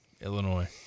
Illinois